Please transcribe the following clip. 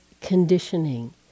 conditioning